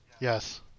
Yes